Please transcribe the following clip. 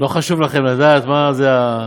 לא חשוב לכם לדעת מה זה?